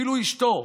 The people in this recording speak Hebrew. ואילו אשתו,